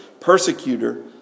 persecutor